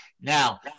Now